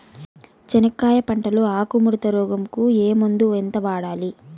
చెనక్కాయ పంట లో ఆకు ముడత రోగం కు ఏ మందు ఎంత వాడాలి?